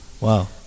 Wow